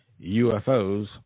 UFOs